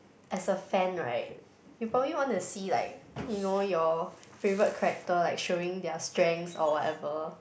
as a fan right you probably want to see like you know your favorite character like showing their strengths or whatever